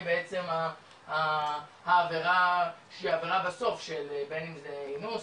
בעצם העבירה שעברה בסוף של בין אם זה אינוס,